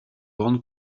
grande